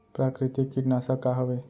प्राकृतिक कीटनाशक का हवे?